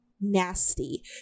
nasty